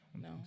No